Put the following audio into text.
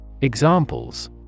Examples